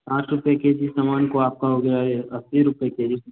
साठ रुपये K G समान को आप कहोगे अस्सी रुपये के जी